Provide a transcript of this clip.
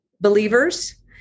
believers